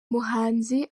muhanzi